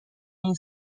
این